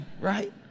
right